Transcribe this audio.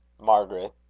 margaret,